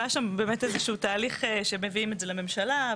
היה שם באמת איזשהו תהליך שמביאים את זה לממשלה,